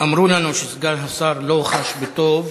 אמרו לנו שסגן השר לא חש בטוב,